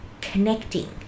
connecting